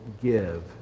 give